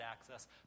access